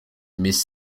miss